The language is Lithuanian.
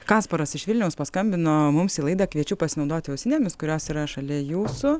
kasparas iš vilniaus paskambino mums į laidą kviečiu pasinaudoti ausinėmis kurios yra šalia jūsų